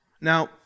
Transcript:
Now